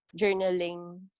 journaling